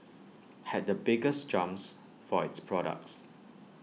had the biggest jumps for its products